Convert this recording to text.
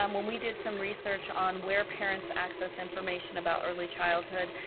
um when we did some research on where parents access information about early childhood,